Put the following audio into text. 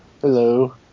Hello